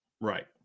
right